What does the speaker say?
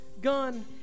gun